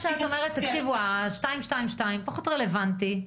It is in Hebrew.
את אומרת ש-222 פחות רלוונטי,